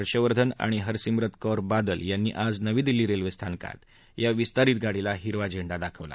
हर्षवर्धन आणि हरसिमरत कोर बादल यांनी आज नवी दिल्ली रेल्वे स्थानकात या विस्तारित गाडीला हिरवा झेंडा दाखवला